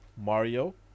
Mario